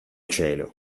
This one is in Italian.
cielo